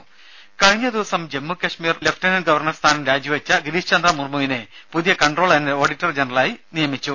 ദേദ കഴിഞ്ഞ ദിവസം ജമ്മു കശ്മീർ ലെഫ്റ്റനന്റ് ഗവർണർ സ്ഥാനം രാജി വെച്ച ഗിരീഷ് ചന്ദ്ര മുർമുവിനെ പുതിയ കംട്രോളർ ആന്റ് ഓഡിറ്റർ ജനറലായി നിയമിച്ചു